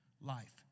life